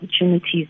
opportunities